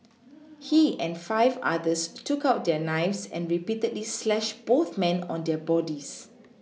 he and five others took out their knives and repeatedly slashed both men on their bodies